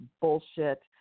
bullshit